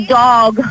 dog